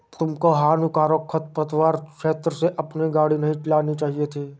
तुमको हानिकारक खरपतवार क्षेत्र से अपनी गाड़ी नहीं लानी चाहिए थी